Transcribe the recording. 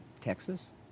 Texas